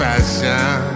Fashion